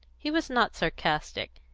he was not sarcastic,